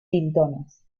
tiritonas